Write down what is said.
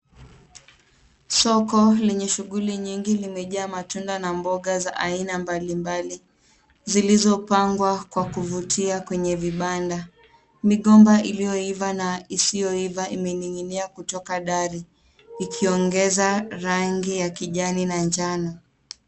Soko lenye shughuli nyingi limejaa matunda na bonga za aina mbalimbali, zilizo pangwa kwa kuvutia kwenye vibanda. Migomba iliyoiva na isiyoiva imeninginia kutoka dari, ikiongeza rangi ya kijani na njano.